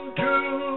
true